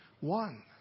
One